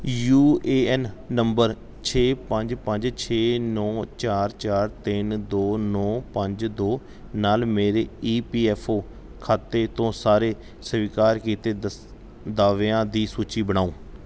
you A N number ਛੇ ਪੰਜ ਪੰਜ ਛੇ ਨੌਂ ਚਾਰ ਚਾਰ ਤਿੰਨ ਦੋ ਨੌਂ ਪੰਜ ਦੋ ਨਾਲ ਮੇਰੇ ਈ ਪੀ ਐੱਫ ਓ ਖਾਤੇ ਤੋਂ ਸਾਰੇ ਸਵੀਕਾਰ ਕੀਤੇ ਦਸ ਦਾਅਵਿਆਂ ਦੀ ਸੂਚੀ ਬਣਾਓ